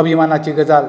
अभिमानाची गजाल